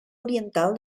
oriental